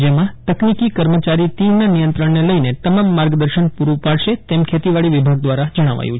જેમાં તકનિકિ કર્મચારી તીડના નિચંત્રણને લઈને તમામ માર્ગદર્શન પૂ રૂ પાડશેતેમ ખેતીવાડી વિભાગ દ્વારા જણાવાયું છે